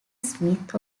smith